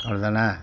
அவ்வளோ தானே